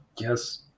Yes